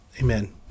amen